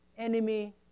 Enemy